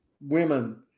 women